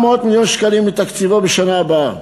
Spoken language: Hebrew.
400 מיליון שקלים מתקציבו בשנה הבאה.